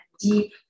deep